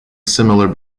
similar